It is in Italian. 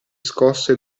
scosse